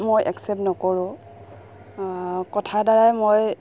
মই একচেপ্ট নকৰোঁ কথাৰদ্বাৰাই মই